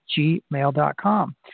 gmail.com